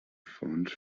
fons